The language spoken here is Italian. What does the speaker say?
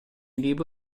libro